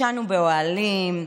ישנו באוהלים,